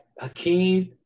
Hakeem